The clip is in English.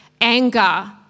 anger